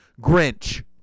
Grinch